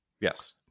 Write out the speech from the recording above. Yes